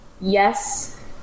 yes